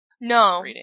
No